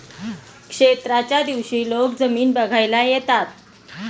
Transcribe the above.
क्षेत्राच्या दिवशी लोक जमीन बघायला येतात